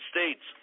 States